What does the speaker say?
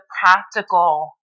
practical